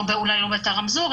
אולי לא באתר רמזור,